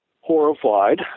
horrified